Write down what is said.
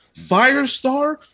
Firestar